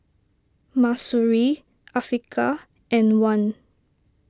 Mahsuri Afiqah and Wan